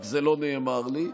רק זה לא נאמר לי.